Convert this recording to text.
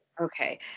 Okay